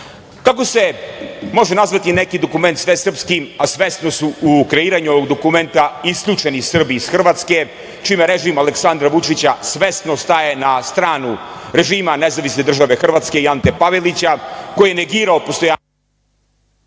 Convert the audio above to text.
se može nazvati neki dokument svesrpskim a svesno su u kreiranju ovog dokumenta isključeni Srbi iz Hrvatske, čime režim Aleksandra Vučića svesno staje na stranu režima NDH i Ante Pavelića koji je negirao postojanje….(Isključen